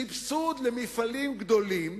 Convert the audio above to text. סבסוד למפעלים גדולים